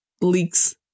leaks